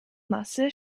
masse